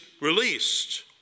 released